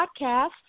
podcast